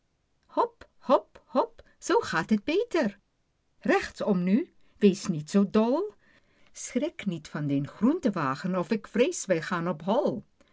hop hop hop zoo gaat het beter rechtsom nu wees niet zoo dol schrik niet van dien groentewagen of ik vrees wij gaan